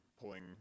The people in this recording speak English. pulling